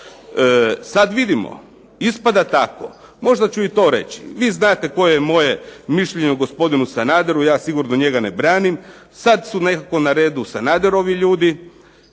Sad vidimo, ispada tako. Možda ću i to reći. Vi znate koje je moje mišljenje o gospodinu Sanaderu, ja sigurno njega ne branim. Sad su nekako na redu Sanaderovi ljudi.